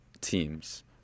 teams